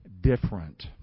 different